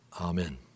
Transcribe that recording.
Amen